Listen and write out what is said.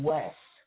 West